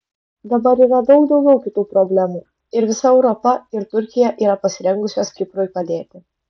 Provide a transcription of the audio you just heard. dabar yra daug daugiau kitų problemų ir visa europa ir turkija yra pasirengusios kiprui padėti